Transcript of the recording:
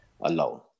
alone